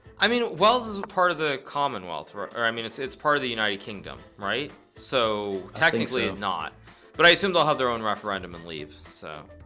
i mean wells is a part of the commonwealth or or i mean it's it's part of the united kingdom right so technically not but i assume they'll have their own referendum and leave so